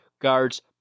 guards